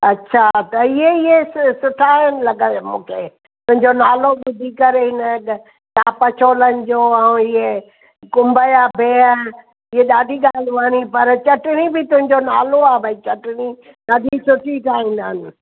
अच्छा त इहे इहे स सुठा आहिनि लॻा मूंखे तुंहिंजो नालो ॿुधी करे हिन च चाप छोलनि जो ऐं इहे कुम्भ या बिह ईअं ॾाढी ॻाल वणी पर चटिणी बि तुंहिंजो नालो आहे भई चटिणी ॾाढी सुठी ठाहींदा आहिनि